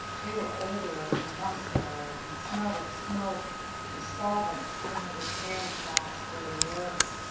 they were older and muscular and smelled of smoke and solvents from the repair shops where they worked.